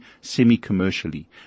semi-commercially